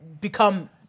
become